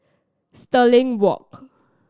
Stirling Walk